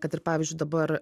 kad ir pavyzdžiui dabar